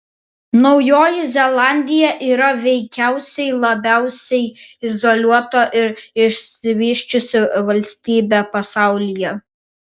naujoji zelandija yra veikiausiai labiausiai izoliuota ir išsivysčiusi valstybė pasaulyje